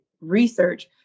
research